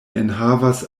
enhavas